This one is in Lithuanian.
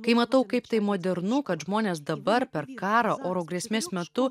kai matau kaip tai modernu kad žmonės dabar per karą oro grėsmės metu